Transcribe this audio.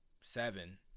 seven